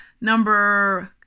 number